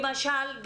למשל,